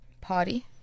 Party